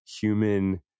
human